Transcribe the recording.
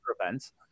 events